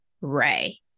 Ray